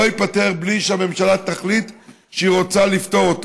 לא ייפתר בלי שהממשלה תחליט שהיא רוצה לפתור אותו,